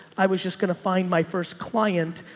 i was just going to find my first client.